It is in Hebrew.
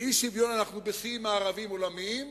באי-שוויון אנחנו בשיאים מערביים עולמיים.